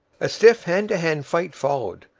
a stiff hand-to-hand fight followed.